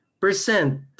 Percent